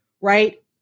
Right